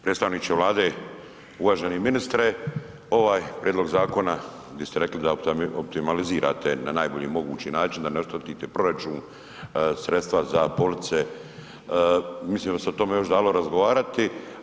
Predstavniče Vlade, uvaženi ministre, ovaj prijedlog zakona di ste rekli da optimalizirate na najbolji mogući način da ne oštetite proračun, sredstva za police, mislim da bi se o tome još dalo razgovarati.